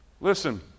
Listen